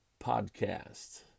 podcast